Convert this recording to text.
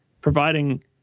providing